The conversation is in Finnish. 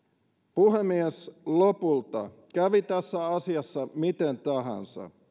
puhemies lopulta kävi tässä asiassa miten tahansa